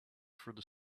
through